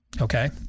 Okay